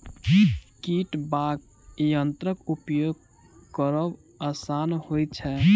छिटबाक यंत्रक उपयोग करब आसान होइत छै